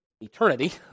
eternity